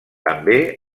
també